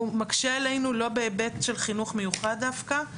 הוא מקשה עלינו לא בהיבט של חינוך מיוחד דווקא.